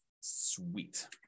Sweet